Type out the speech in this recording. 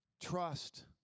Trust